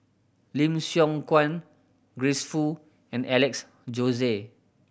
Lim Siong Guan Grace Fu and Alex Josey